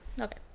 Okay